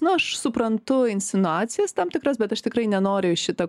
nu aš suprantu insinuacijas tam tikras bet aš tikrai nenoriu į šitą